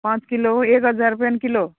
पांच किलो एक हजार रुपयान किलो